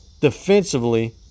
Defensively